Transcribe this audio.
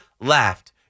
laughed